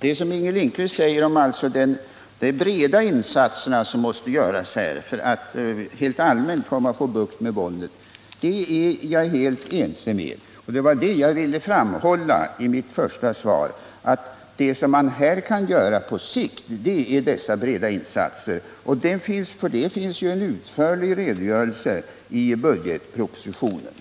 Jag är helt ense med Inger Lindquist när hon talar om de breda insatser som måste göras för att man allmänt skall få bukt med våldet. Det som jag ville framhålla i mitt första svar var att det som på sikt kan göras är just att sätta in dessa breda åtgärder. Det finns en utförlig redogörelse för dem i budgetpropositionen.